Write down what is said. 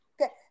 okay